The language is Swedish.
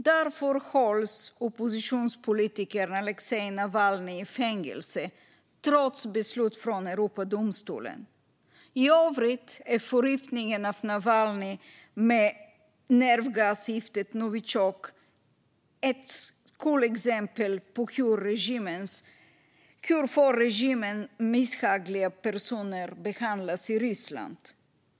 Därför hålls oppositionspolitikern Aleksej Navalnyj i fängelse trots beslut från Europadomstolen. I övrigt är förgiftningen av Navalnyj med nervgasgiftet novitjok ett skolexempel på hur för regimen misshagliga personer behandlas i Ryssland.